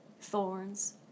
thorns